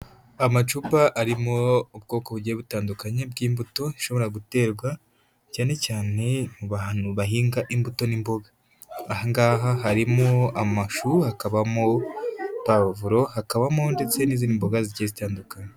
Amacupa arimo ubwoko bugiye butandukanye bw'imbuto zishobora guterwa cyanecyane buba ahantu bahinga imbuto n'imboga, ahangaha harimo amashu hakabamo pavuro, hakabamo ndetse n'izindi mboga zigiye zitandukanye.